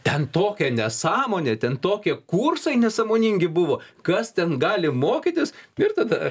ten tokia nesąmonė ten tokie kursai nesąmoningi buvo kas ten gali mokytis ir tada